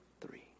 Three